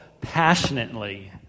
passionately